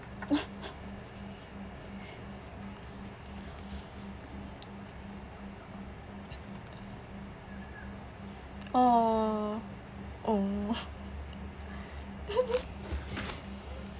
oh oh